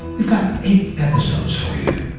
we've got eight episodes for you.